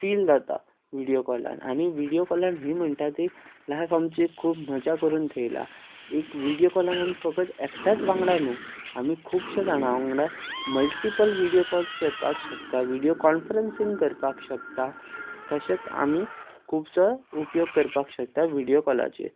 feel जाता video कॉलान आनी व्हिडियो कॉलान ही म्हणटा ती लायफ आमची खूब मजा करून ठेयला एक व्हिडियो कॉलान आमी फकत एकट्याच वांगडा न्हू आमी खुबश्या जाणां वांगडा मल्टीपल व्हिडियो कॉल्स करपाक शकता व्हिडियो कॉनफ्रन्सींग करपाक शकता तशेंच आमी खुबसो उपयोग करपाक शकता व्हिडियो कॉलाचेर